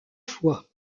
fois